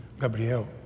Gabriel